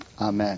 Amen